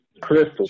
Crystal